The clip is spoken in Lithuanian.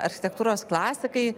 architektūros klasikai